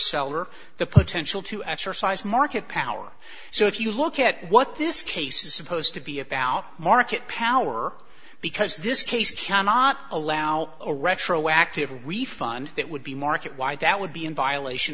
seller the potential to exercise market power so if you look at what this case is supposed to be about market power because this case cannot allow a retroactive refund that would be market why that would be in violation